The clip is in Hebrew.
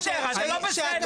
לא, אני לא מאשים אף אחד.